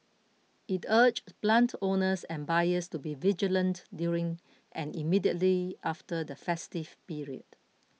it urged plant owners and buyers to be vigilant during and immediately after the festive period